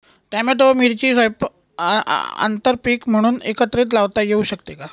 Tomato व मिरची आंतरपीक म्हणून एकत्रित लावता येऊ शकते का?